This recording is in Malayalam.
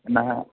എന്നാൽ